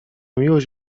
miłość